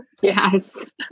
Yes